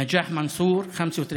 נג'אח מנסור, בן 35,